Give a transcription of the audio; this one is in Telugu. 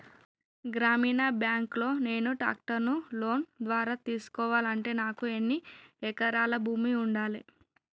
గ్రామీణ బ్యాంక్ లో నేను ట్రాక్టర్ను లోన్ ద్వారా తీసుకోవాలంటే నాకు ఎన్ని ఎకరాల భూమి ఉండాలే?